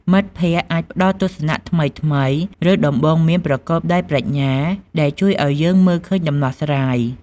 មិត្តភក្តិអាចផ្តល់ទស្សនៈថ្មីៗ ឬដំបូន្មានប្រកបដោយប្រាជ្ញា ដែលជួយឲ្យយើងមើលឃើញដំណោះស្រាយ។